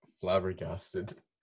flabbergasted